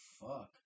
fuck